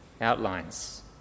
outlines